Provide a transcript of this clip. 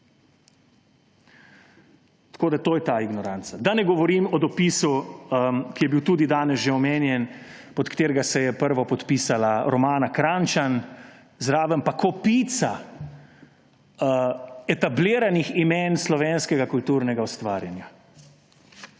To je ta ignoranca. Da ne govorim o dopisu, ki je bil tudi danes že omenjen, pod katerega se je prva podpisala Romana Kranjčan, zraven pa kopica etabliranih imen slovenskega kulturnega ustvarjanja.